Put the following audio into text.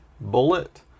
Bullet